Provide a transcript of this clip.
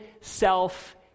self